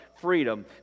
freedom